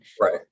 Right